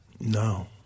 No